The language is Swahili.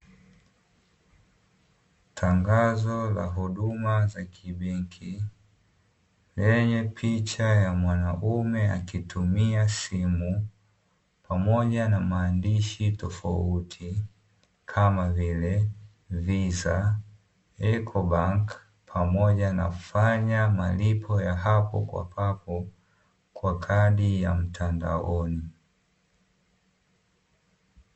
Tangazo la huduma za kibenki lenye picha ya mwanaume akitumia simu pamoja na maandishi tofauti kama vile: VISA, ecobank pamoja na kufanya malipo ya hapo kwa papo kwa kadi ya mtandaoni.